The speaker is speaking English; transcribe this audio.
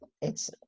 it's-